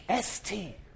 ST